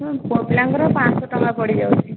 ହଁ ପୁଅ ପିଲାଙ୍କର ପାଞ୍ଚଶହ ଟଙ୍କା ପଡ଼ିଯାଉଛି